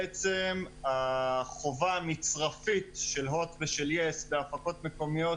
בעצם החובה המצרפית של הוט ושל יס בהפקות מקומיות,